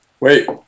Wait